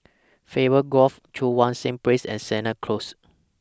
Favour Grove Cheang Wan Seng Place and Sennett Close